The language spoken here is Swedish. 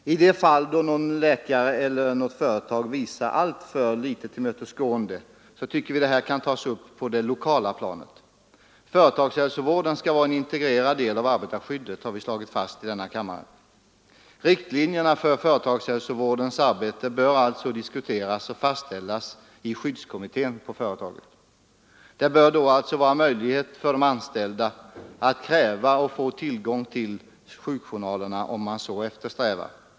I de fall då någon läkare eller något företag visar alltför litet tillmötesgående tycker vi att detta kan tas upp på det lokala planet. Företagshälsovården skall vara en integrerad del av arbetarskyddet — det har vi fastslagit i denna kammare. Riktlinjerna för företagshälsovårdens arbete bör alltså diskuteras och fastställas i skyddskommittén på företaget. Det bör då finnas möjligheter för de anställda att kräva och få tillgång till sjukjournalerna om man så eftersträvar.